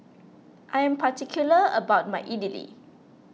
I am particular about my Idili